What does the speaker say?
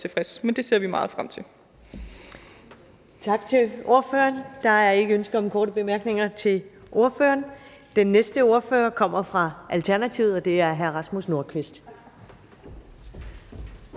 Første næstformand (Karen Ellemann): Tak til ordføreren. Der er ikke ønsker om korte bemærkninger til ordføreren. Den næste ordfører kommer fra Alternativet, og det er hr. Rasmus Nordqvist.